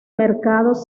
mercados